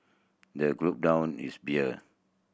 the down his beer